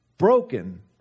broken